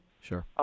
Sure